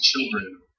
children